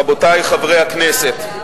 רבותי חברי הכנסת,